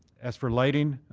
as for lighting,